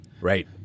Right